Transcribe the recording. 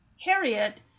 Harriet